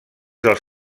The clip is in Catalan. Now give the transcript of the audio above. dels